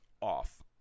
off